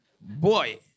Boy